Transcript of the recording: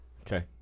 Okay